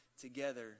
together